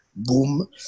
boom